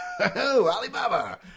Alibaba